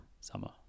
Summer